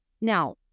now